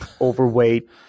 overweight